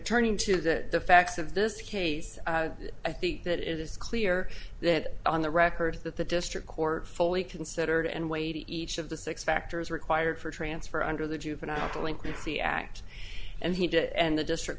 turning to the facts of this case i think that it is clear that on the record that the district court fully considered and weighed each of the six factors required for transfer under the juvenile delinquency act and he did and the district